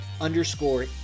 underscore